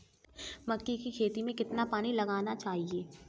मक्के की खेती में कितना पानी लगाना चाहिए?